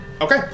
Okay